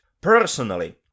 personally